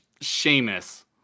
sheamus